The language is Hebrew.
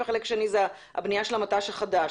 וחלק שני זה הבנייה של המט"ש החדש.